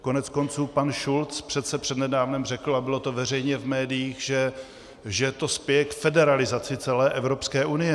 Koneckonců pan Schulz přece přednedávnem řekl, a bylo to veřejně v médiích, že to spěje k federalizaci celé Evropské unie.